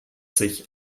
sich